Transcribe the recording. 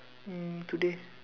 mm today